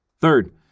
Third